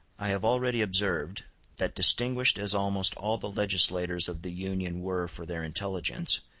i have already observed that distinguished as almost all the legislators of the union were for their intelligence,